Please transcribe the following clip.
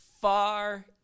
far